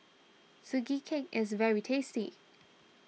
Sugee Cake is very tasty